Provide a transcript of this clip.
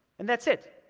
and that's it.